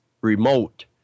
remote